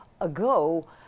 ago